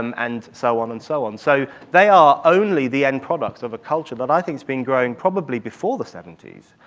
um and so on and so on. so, they are only the end products of a culture that i think has been growing probably before the seventy s,